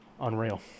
Unreal